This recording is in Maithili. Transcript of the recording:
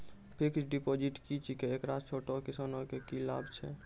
फिक्स्ड डिपॉजिट की छिकै, एकरा से छोटो किसानों के की लाभ छै?